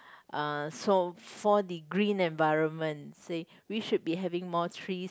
uh so for the green environment say we should be having more trees